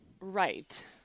Right